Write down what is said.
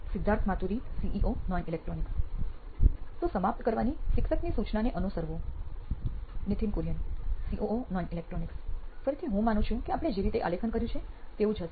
Siddharth Maturi CEO નોઇન electronics તો સમાપ્ત કરવાની શિક્ષકની સૂચનાને અનુસરવું નિથિન કુરિયન સીઓઓ નોઇન ઇલેક્ટ્રોનિક્સ ફરીથી હું માનું છું કે આપણે જે રીતે આલેખન કર્યું છે તેવું જ હશે